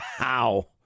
Wow